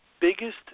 biggest